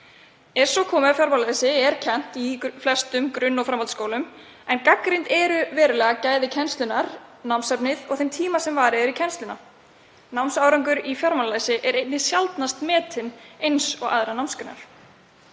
Er svo komið að fjármálalæsi er kennt í flestum grunn- og framhaldsskólum en gagnrýnd eru verulega gæði kennslunnar, námsefnið og þeim tíma sem varið er í kennsluna. Námsárangur í fjármálalæsi er einnig sjaldnast metinn eins og í öðrum námsgreinum.